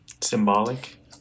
Symbolic